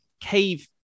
cave